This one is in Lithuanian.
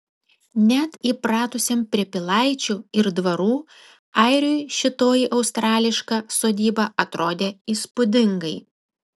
net įpratusiam prie pilaičių ir dvarų airiui šitoji australiška sodyba atrodė įspūdingai